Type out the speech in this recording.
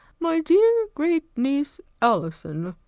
my dear great-niece, alison,